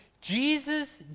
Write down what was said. Jesus